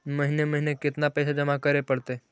महिने महिने केतना पैसा जमा करे पड़तै?